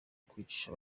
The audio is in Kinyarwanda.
kwicisha